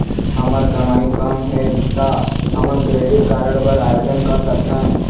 हमर कमाई कम हे ता हमन क्रेडिट कारड बर आवेदन कर सकथन?